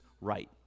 right